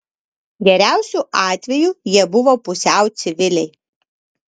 geriausiu atveju jie buvo pusiau civiliai